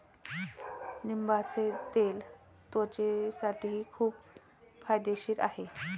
लिंबाचे तेल त्वचेसाठीही खूप फायदेशीर आहे